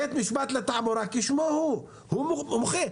בית משפט לתעבורה כשמו הוא, הוא מומחה.